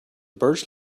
birch